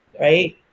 right